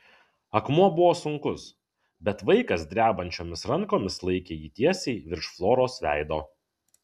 akmuo buvo sunkus bet vaikas drebančiomis rankomis laikė jį tiesiai virš floros veido